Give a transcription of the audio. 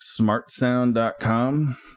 smartsound.com